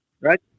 Right